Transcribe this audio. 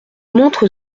montre